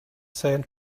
sand